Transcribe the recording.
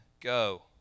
go